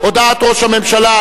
הודעת ראש הממשלה,